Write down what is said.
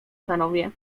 panowie